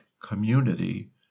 community